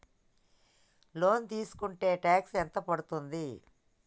Loan తీస్కుంటే tax ఎంత పడ్తుంది?